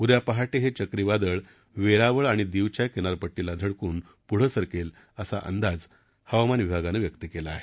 उद्या पहाटे हे चक्रीवादळ वेरावळ आणि दीवच्या किनारपट्टीला धडकून पुढे सरकेल असा अंदाज हवामान विभागानं व्यक्त केला आहे